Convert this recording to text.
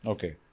Okay